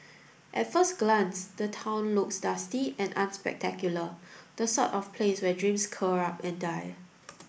at first glance the town looks dusty and unspectacular the sort of place where dreams curl up and die